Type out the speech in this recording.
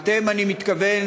ב"אתם" אני מתכוון